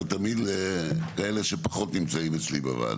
תמיד לאלה שפחות נמצאים אצלי בוועדה.